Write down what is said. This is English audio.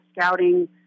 scouting